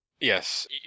Yes